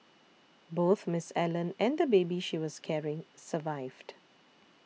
both Miss Allen and the baby she was carrying survived